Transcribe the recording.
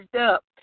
up